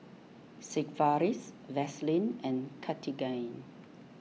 Sigvaris Vaselin and Cartigain